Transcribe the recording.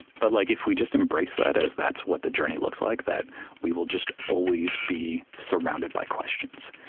but like if we just embrace that as that's what the journey looks like, that we will just always be surrounded by questions,